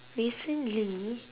recently